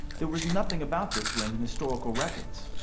there was nothing about this ring in historical records,